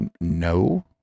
no